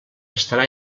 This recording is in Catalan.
estarà